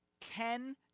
ten